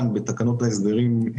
הרשות